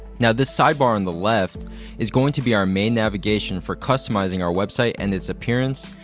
now, this sidebar on the left is going to be our main navigation for customizing our website and its appearance,